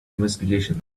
investigations